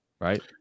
right